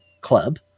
club